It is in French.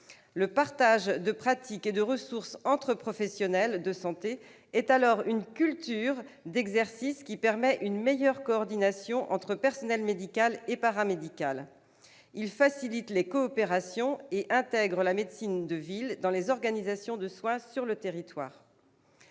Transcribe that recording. Le partage de pratiques et de ressources entre professionnels de santé est alors une culture d'exercice qui permet une meilleure coordination entre personnel médical et paramédical. Il facilite les coopérations et intègre la médecine de ville dans les organisations de soins sur le territoire.